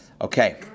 okay